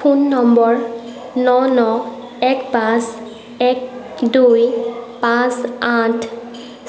phone নম্বৰ ন ন এক পাঁচ এক দুই পাঁচ আঠ